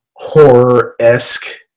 horror-esque